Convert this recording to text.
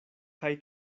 kaj